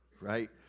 right